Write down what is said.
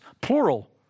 plural